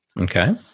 Okay